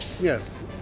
Yes